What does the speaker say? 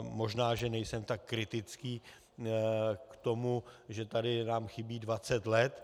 Možná že nejsem tak kritický k tomu, že tady nám chybí 20 let.